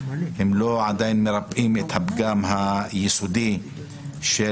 הם עדיין לא מרפאים את הפגם היסודי של